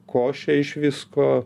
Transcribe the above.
košę iš visko